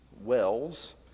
wells